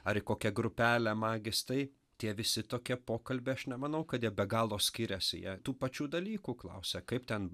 ar į kokią grupelę magis tai tie visi tokie pokalbiai aš nemanau kad jie be galo skiriasi jie tų pačių dalykų klausia kaip ten